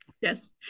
yes